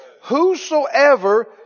Whosoever